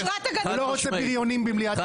הוא לא רוצה בריונים במליאת הכנסת.